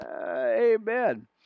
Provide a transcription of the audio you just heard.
Amen